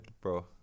bro